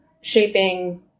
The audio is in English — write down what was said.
shaping